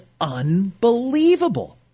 unbelievable